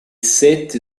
set